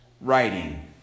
writing